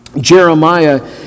Jeremiah